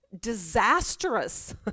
disastrous